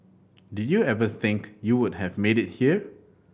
did you ever think you would have made it here